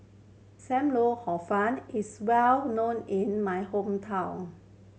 Sam Lau Hor Fun is well known in my hometown